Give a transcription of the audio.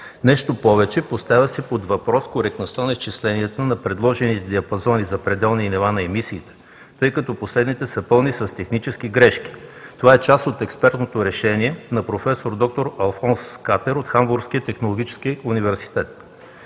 Нещо повече, поставя се под въпрос коректността на изчисленията на предложените диапазони за пределни нива на емисиите, тъй като последните са пълни с технически грешки. Това е част от експертното решение на проф. д-р Алфонс Катер от Хамбургския технологичен университет.